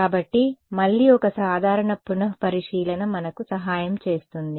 కాబట్టి మళ్ళీ ఒక సాధారణ పునఃపరిశీలన మనకు సహాయం చేస్తుంది